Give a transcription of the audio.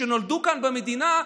שנולדו כאן במדינה,